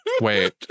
Wait